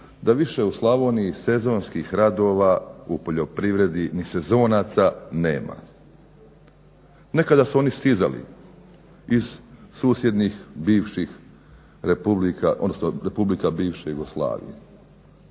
da više u Slavoniji sezonskih radova u poljoprivredi ni sezonaca nema. Nekada su oni stizali iz susjednih bivših republika, odnosno Republika iz bivše Jugoslavije,